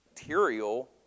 material